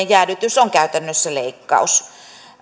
jäädytys on käytännössä leikkaus